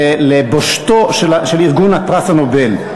לבושתו של ארגון פרס נובל.